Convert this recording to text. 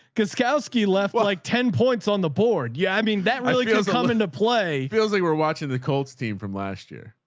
cause koski left like ten points on the board. yeah. i mean, that really does come into play. feels like we're watching the colts team from last year.